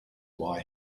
why